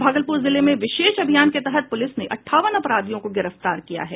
भागलपुर जिले में विशेष अभियान के तहत पुलिस ने अट्ठावन अपराधियों को गिरफ्तार किया है